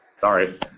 Sorry